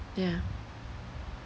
yeah